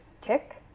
tick